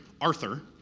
Arthur